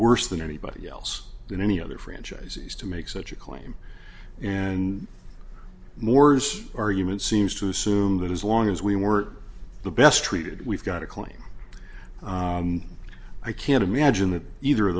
worse than anybody else in any other franchisees to make such a claim and moore's argument seems to assume that as long as we were the best treated we've got a claim i can't imagine that either of